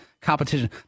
competition